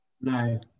No